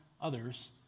others